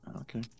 Okay